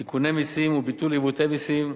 תיקוני מסים וביטול עיוותי מסים,